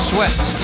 Sweat